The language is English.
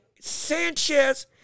Sanchez